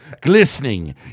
glistening